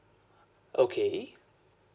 okay